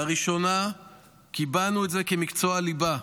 לראשונה קיבענו את זה כמקצוע ליבה,